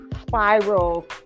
Spiral